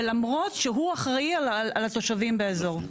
ולמרות שהוא אחראי על התושבים באזור.